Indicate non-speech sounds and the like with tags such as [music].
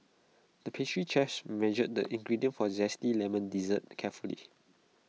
the pastry [unintelligible] measured the ingredients for Zesty Lemon Dessert the carefully